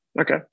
Okay